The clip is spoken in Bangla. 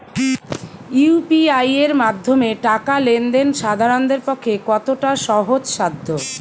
ইউ.পি.আই এর মাধ্যমে টাকা লেন দেন সাধারনদের পক্ষে কতটা সহজসাধ্য?